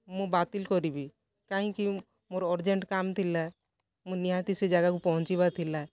ମୁଁ ବାତିଲ କରିବି କାଇଁକି ମୋର ଅର୍ଜେଣ୍ଟ୍ କାମଥିଲା ମୁଁ ନିହାତି ସେ ଜାଗାକୁ ପହଞ୍ଚିବା ଥିଲା